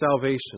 salvation